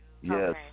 Yes